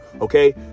okay